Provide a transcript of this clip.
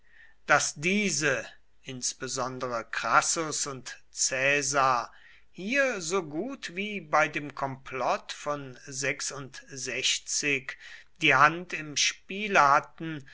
daß diese insbesondere crassus und caesar hier so gut wie bei dem komplott von die hand im spiele hatten